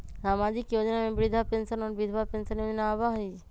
सामाजिक योजना में वृद्धा पेंसन और विधवा पेंसन योजना आबह ई?